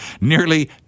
nearly